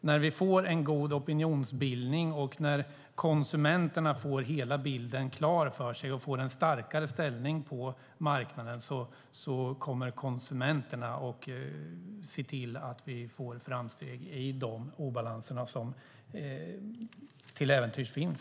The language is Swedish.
När vi får en god opinionsbildning, när konsumenterna får hela bilden klar för sig och får en starkare ställning på marknaden kommer de att se till att vi gör framsteg i de obalanser som till äventyrs finns.